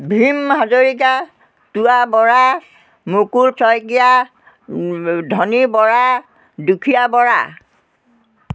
ভীম হাজৰিকা টুৱা বৰা মুকুল শইকীয়া ধনী বৰা দুখীয়া বৰা